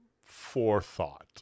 forethought